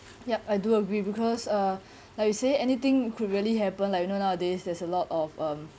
yup I do agree because uh like you say anything could really happen like you know nowadays there's a lot of um